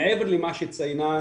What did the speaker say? מעבר למה שציינה,